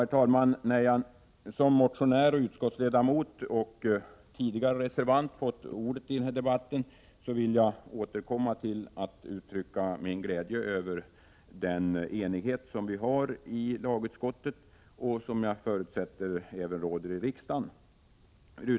När jag nu som motionär och utskottsledamot och tidigare reservant fått ordet i denna debatt, vill jag än en gång uttrycka min glädje över den enighet som råder i lagutskottet, vilken jag förutsätter råder även i riksdagen.